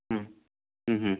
ಹ್ಞೂ ಹ್ಞೂ ಹ್ಞೂ